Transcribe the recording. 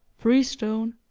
freestone,